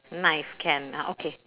knife can ah okay